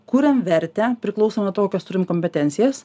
kuriam vertę priklausomai nuo to kokias turim kompetencijas